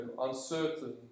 uncertain